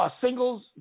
singles